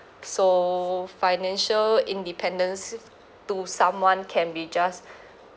so financial independence to someone can be just